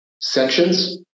sections